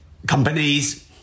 Companies